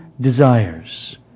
desires